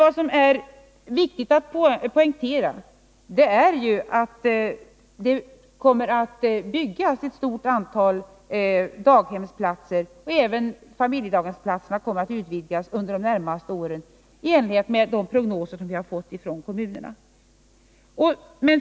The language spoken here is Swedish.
Vad som är viktigt att poängtera är ju att det kommer att byggas ett stort antal daghemsplatser. Även familjedaghemsplatserna kommer att utvidgas under de närmaste åren i enlighet med kommunernas prognoser.